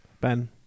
Ben